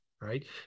right